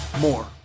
more